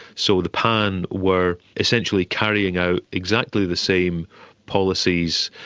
so the pan were essentially carrying out exactly the same policies,